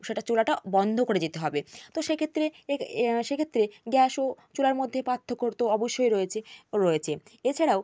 সেটা চুলাটা বন্ধ করে যেতে হবে তো সেইক্ষেত্রে এ সেক্ষেত্রে গ্যাস ও চুলার মধ্যে পার্থক্য তো অবশ্যই রয়েছে রয়েছে এছাড়াও